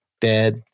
dead